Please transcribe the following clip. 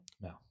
No